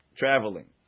traveling